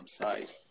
website